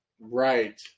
Right